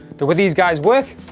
there were these guys work